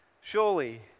Surely